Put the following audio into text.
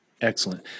Excellent